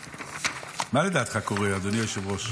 מה לדעתך קורה, אדוני היושב-ראש?